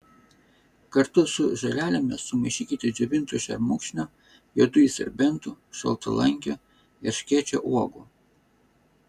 kartu su žolelėmis sumaišykite džiovintų šermukšnio juodųjų serbentų šaltalankio erškėčio uogų